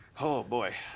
oh, boy.